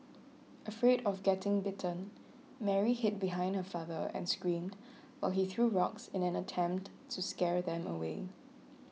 afraid of getting bitten Mary hid behind her father and screamed while he threw rocks in an attempt to scare them away